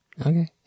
okay